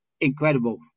incredible